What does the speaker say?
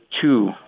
two